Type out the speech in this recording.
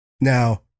Now